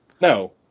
No